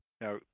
Now